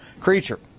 creature